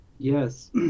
Yes